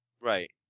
Right